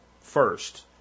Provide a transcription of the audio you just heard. first